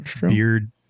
beard